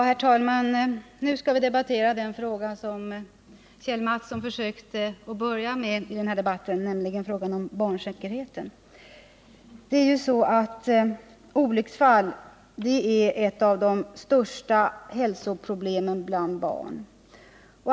Herr talman! Vi skall nu debattera den fråga som Kjell Mattsson försökte börja med i denna debatt, nämligen frågan om barnsäkerheten. Olycksfallen är ett av de största hälsoproblemen bland barn.